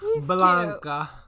Blanca